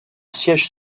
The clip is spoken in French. siège